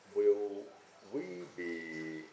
will we be